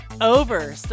over